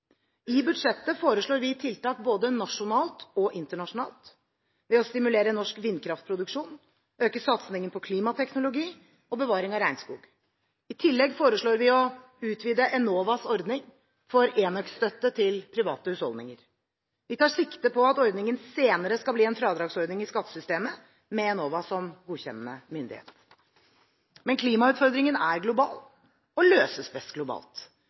I budsjettet foreslår vi tiltak både nasjonalt og internasjonalt ved å stimulere norsk vindkraftproduksjon, øke satsingen på klimateknologi og bevaring av regnskog. I tillegg foreslår vi å utvide Enovas ordning for enøkstøtte til private husholdninger. Vi tar sikte på at ordningen senere skal bli en fradragsordning i skattesystemet med Enova som godkjennende myndighet. Klimautfordringen er global og løses best globalt.